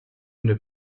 une